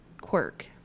quirk